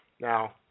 Now